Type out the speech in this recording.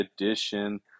Edition